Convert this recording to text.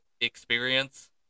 experience